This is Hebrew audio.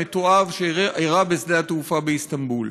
המתועב שאירע בשדה-התעופה באיסטנבול.